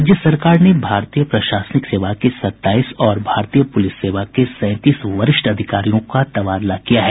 राज्य सरकार ने भारतीय प्रशासनिक सेवा के सत्ताईस और भारतीय पुलिस सेवा के सैंतीस वरिष्ठ अधिकारियों का तबादला किया है